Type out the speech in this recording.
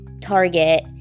Target